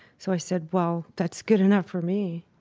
so i said well that's good enough for me